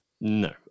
No